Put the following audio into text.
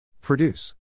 Produce